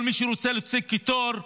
כל מי שרוצה להוציא קיטור,